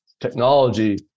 technology